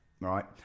right